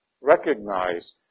recognize